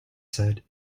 said